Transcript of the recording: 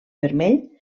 vermell